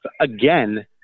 again